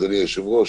אדוני היושב-ראש,